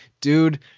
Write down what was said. dude